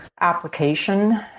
application